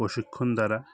প্রশিক্ষণ দ্বারা